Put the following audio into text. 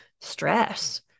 stress